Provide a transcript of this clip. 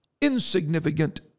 insignificant